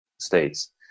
states